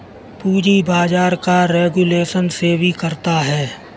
पूंजी बाजार का रेगुलेशन सेबी करता है